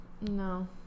No